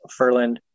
Furland